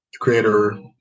creator